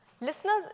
Listeners